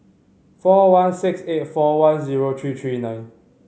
four one six eight four one zero three three nine